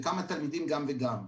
וכמה תלמידים גם וגם.